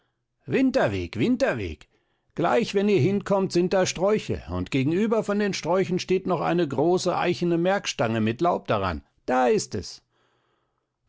winterweg winterweg gleich wenn ihr hinkommt sind da sträuche und gegenüber von den sträuchen steht noch eine große eichene merkstange mit laub daran da ist es